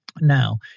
Now